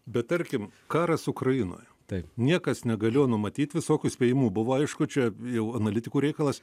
bet tarkim karas ukrainoje niekas negalėjo numatyt visokių spėjimų buvo aišku čia jau analitikų reikalas